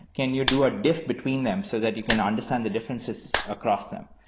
can you do a dif between them so that you can understand the differences across them?